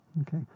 Okay